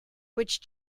which